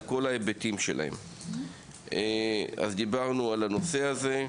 על כל ההיבטים שלהם, כמו כל ילד אחר במגזר היהודי.